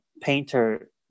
painter